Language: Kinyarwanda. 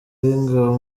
w’ingabo